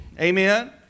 Amen